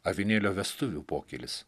avinėlio vestuvių pokylis